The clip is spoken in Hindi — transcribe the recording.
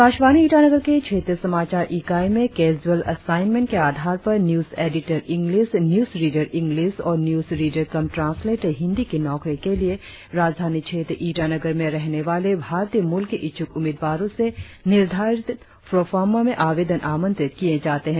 आकाशवानी ईटानगर के क्षेत्रीय समाचार इकाई में कैजुल असाइनमेंट के आधार पर news editor English news reader English और news reader cum translator Hindi की नौकरी के लिए राजधानी क्षेत्र ईटानगर में रहने वाले भारतीय मूल के इच्छूक उम्मीदवारों से निर्धारित प्रोफार्मा में आवेदन आमंत्रित किए जाते है